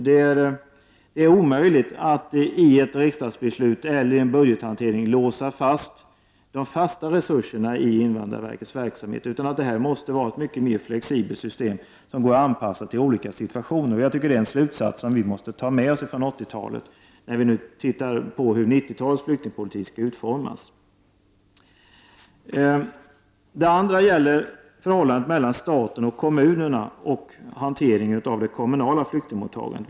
Det är omöjligt att i ett riksdagsbeslut eller en budgethantering låsa de fasta resurserna i invandrarverkets verksamhet. Det måste i stället vara ett mycket mer flexibelt system som går att anpassa till olika situationer. Jag tycker att detta är en slutsats som vi måste ta med oss från 80-talet, när vi nu tittar på hur 90-talets flyktingpolitik skall utformas. Den andra frågan gäller förhållandet mellan staten och kommunerna och hanteringen av det kommunala flyktingmottagandet.